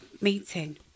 meeting